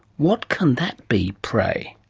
what can that be, pray?